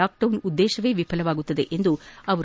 lockdown ಉದ್ದೇಶವೇ ವಿಫಲವಾಗುತ್ತದೆ ಎಂದರು